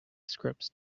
scripts